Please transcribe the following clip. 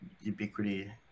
ubiquity